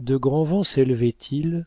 de grands vents sélevaient ils